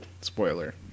spoiler